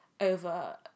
over